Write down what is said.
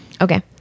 Okay